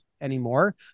anymore